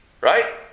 right